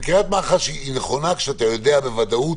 חקירת מח"ש היא נכונה כשאתה יודע בוודאות